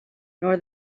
nor